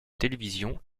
télévision